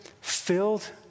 filled